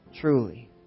Truly